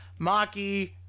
Maki